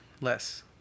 less